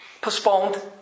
postponed